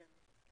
כן.